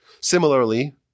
Similarly